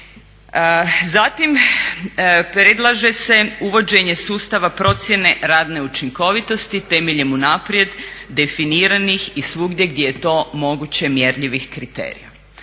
Zatim predlaže se uvođenje sustava procjene radne učinkovitosti temeljem unaprijed definiranih i svugdje gdje je to moguće mjerljivih kriterija.